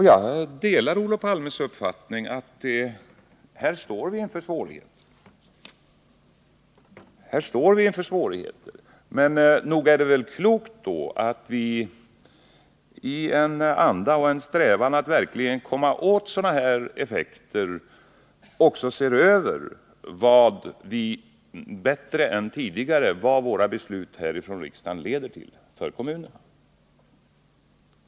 Jag delar Olof Palmes uppfattning att vi här står inför svårigheter. Men nog är det väl då klokt att vi i en verklig strävan att komma åt sådana här effekter också bättre än tidigare ser över vad våra beslut i riksdagen leder till för kommunerna.